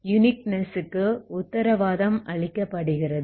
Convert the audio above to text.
யுனிக்னெஸ்க்கு உத்தரவாதம் அளிக்கப்படுகிறது